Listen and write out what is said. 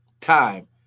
time